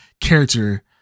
character